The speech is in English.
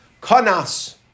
Kanas